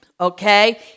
Okay